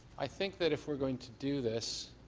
i think that if we're going to do this,